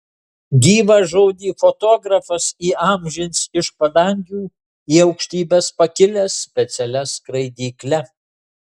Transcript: gyvą žodį fotografas įamžins iš padangių į aukštybes pakilęs specialia skraidykle